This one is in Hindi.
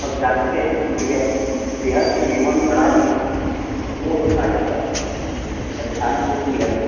अब जानते हैं कि गृहस्थ गृहस्थ जीवन बड़ा ही वह होता है सर परेशानी होती है न